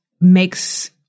makes